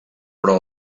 però